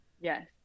Yes